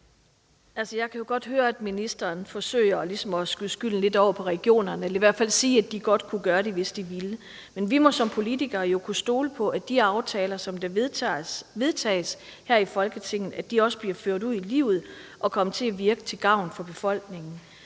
Jeg kan jo godt høre, at ministeren ligesom forsøger at skyde skylden lidt på regionerne eller i hvert fald siger, at de godt kunne gøre det, hvis de ville. Men vi må som politikere jo kunne stole på, at de aftaler, som vedtages her i Folketinget, også bliver ført ud i livet og kommer til at virke til gavn for befolkningen.